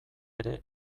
ere